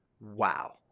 wow